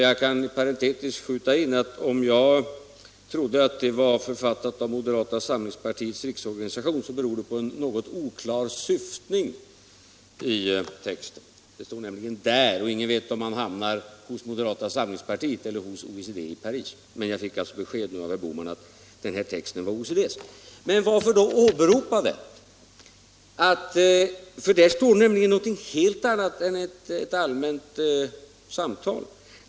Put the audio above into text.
Jag kan parentetiskt skjuta in att om jag trodde att orden var författade av moderata samlingspartiets riksorganisation så beror det på en något oklar syftning i texten. Det står nämligen ”där”, och ingen vet om man hamnar hos moderata samlingspartiet eller OECD i Paris. Men jag fick alltså besked nu av herr Bohman att den här texten var OECD:s. Men varför då åberopa denna text? Där står nämligen om någonting helt annat än allmänna samtal.